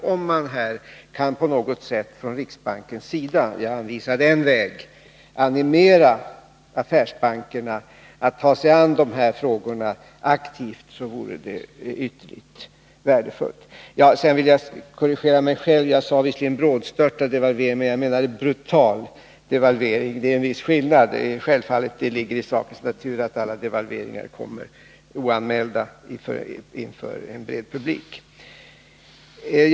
Om således riksbanken på något sätt — jag anvisade en väg — kan animera affärsbankerna att ta sig an de här frågorna aktivt vore det ytterligt värdefullt. Sedan vill jag korrigera mig själv. Jag sade visserligen brådstörtad devalvering, men jag menade brutal devalvering. Det är en viss skillnad. Självfallet kommer alla devalveringar oanmälda för en bred publik — det ligger i sakens natur.